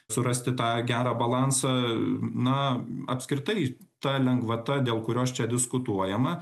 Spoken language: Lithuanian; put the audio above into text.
surasti tą gerą balansą na apskritai ta lengvata dėl kurios čia diskutuojama